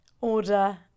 order